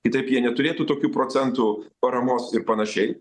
kitaip jie neturėtų tokių procentų paramos ir panašiai